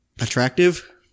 Attractive